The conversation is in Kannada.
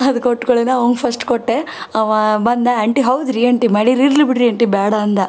ಅದು ಕೊಟ್ಕೂಡ್ಲೆನ ಅವಂಗೆ ಫಸ್ಟ್ ಕೊಟ್ಟೆ ಅಂವಾ ಬಂದ ಆಂಟಿ ಹೌದು ರೀ ಅಂಟಿ ಮಳಿರ್ ಇರಲಿ ಬಿಡಿರಿ ಅಂಟಿ ಬ್ಯಾಡ ಅಂದ